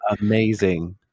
Amazing